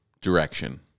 direction